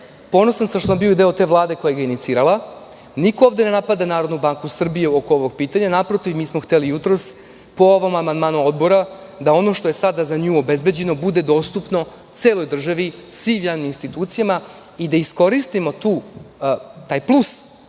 ponosan sam što sam bio deo te vlade koja ga je inicirala i niko ovde ne napada NBS oko ovog pitanja. Naprotiv, mi smo hteli jutros po ovom amandmanu Odbora da ono što je sada za nju obezbeđeno bude dostupno celoj državi, svim njenim institucijama i da iskoristimo taj plus,